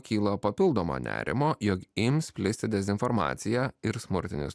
kyla papildoma nerimo jog ims plisti dezinformacija ir smurtinis